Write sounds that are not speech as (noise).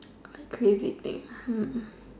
crazy thing erm (breath)